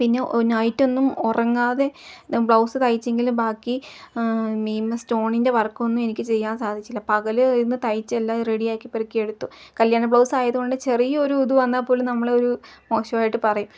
പിന്നെ നൈറ്റൊന്നും ഉറങ്ങാതെ ബ്ലൗസ് തയ്ച്ചെങ്കിലും ബാക്കി മീം സ്റ്റോണിൻ്റെ വർക്കൊന്നും എനിക്ക് ചെയ്യാൻ സാധിച്ചില്ല പകൽ ഇന്ന് തയ്ച്ചെല്ലാം റെഡിയാക്കി പെറുക്കി എടുത്തു കല്യാണ ബ്ലൗസ് ആയതു കൊണ്ട് ചെറിയൊരു ഇതു വന്നാൽ പോലും നമ്മളൊരു മോശമായിട്ട് പറയും